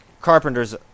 Carpenter's